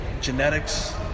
genetics